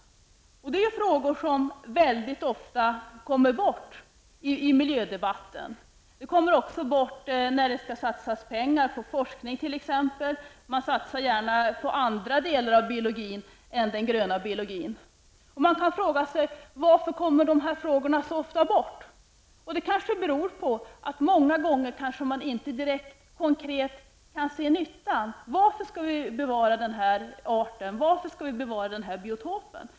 Det är frågor som mycket ofta kommer bort i miljödebatten. De kommer också bort när det t.ex. skall satsas pengar på forskning. Man satsar gärna pengar på andra delar av biologin än den gröna biologin. Man kan fråga sig varför dessa frågor så ofta kommer bort. Det kanske beror på att man många gånger inte konkret kan se nyttan. Varför skall vi bevara den här arten eller den biotopen?